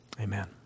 Amen